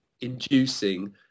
inducing